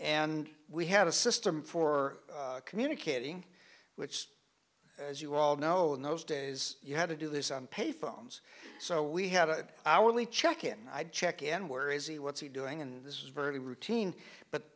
and we had a system for communicating which as you all know in those days you had to do this on pay phones so we had a good hourly check in i check in were easy what's he doing and this is very routine but